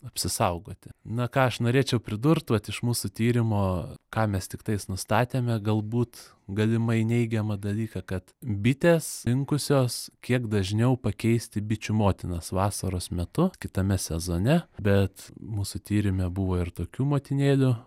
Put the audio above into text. apsisaugoti na ką aš norėčiau pridurt vat iš mūsų tyrimo ką mes tiktais nustatėme galbūt galimai neigiamą dalyką kad bitės linkusios kiek dažniau pakeisti bičių motinas vasaros metu kitame sezone bet mūsų tyrime buvo ir tokių motinėlių